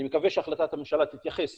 אני מקווה שהחלטת הממשלה תתייחס